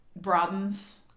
broadens